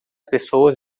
pessoas